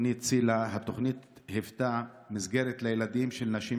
התוכנית היוותה מסגרת לילדים של נשים